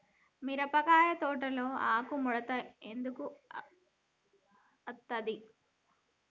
మిరపకాయ తోటలో ఆకు ముడత ఎందుకు అత్తది?